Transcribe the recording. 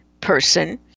person